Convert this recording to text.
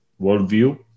worldview